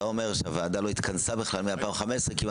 אתה אומר שהוועדה לא התכנסה בכלל מ-2015 עד